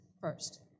first